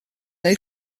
neu